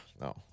No